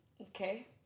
Okay